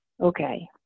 okay